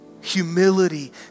humility